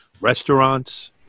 restaurants